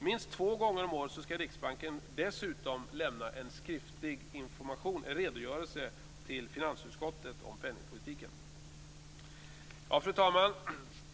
Minst två gånger om året skall Riksbanken dessutom lämna en skriftlig information och redogörelse till finansutskottet om penningpolitiken. Fru talman!